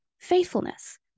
faithfulness